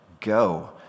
go